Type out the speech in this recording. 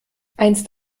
einst